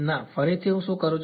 ના ફરીથી શું છે